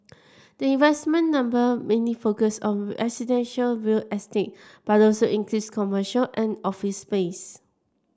the investment number mainly focus on residential real estate but also includes commercial and office space